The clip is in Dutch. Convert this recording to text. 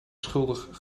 schuldig